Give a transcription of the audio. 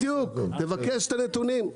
בדיוק, תבקש את הנתונים.